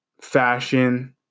fashion